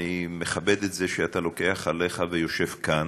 אני מכבד את זה שאתה לוקח עליך ויושב כאן,